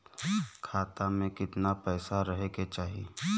खाता में कितना पैसा रहे के चाही?